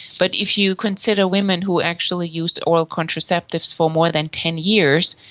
but if you consider women who actually used oral contraceptives for more than ten years,